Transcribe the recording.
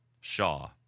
Shaw